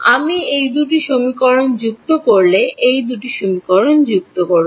আমি এই দুটি সমীকরণ যুক্ত করলে এই দুটি সমীকরণ যুক্ত করুন